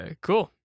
Cool